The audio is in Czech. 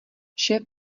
šéf